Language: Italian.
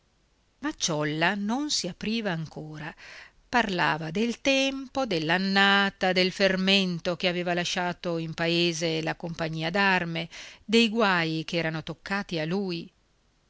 ciolla non si apriva ancora parlava del tempo dell'annata del fermento che aveva lasciato in paese la compagnia d'arme dei guai che erano toccati a lui